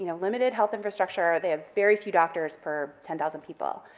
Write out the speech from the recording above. you know limited health infrastructure, they have very few doctors per ten thousand people,